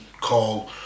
call